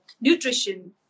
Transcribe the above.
nutrition